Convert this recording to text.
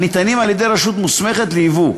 הניתנים על-ידי "רשות מוסמכת ליבוא".